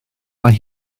mae